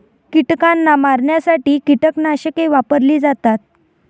कीटकांना मारण्यासाठी कीटकनाशके वापरली जातात